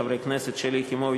חברי הכנסת שלי יחימוביץ,